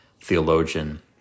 theologian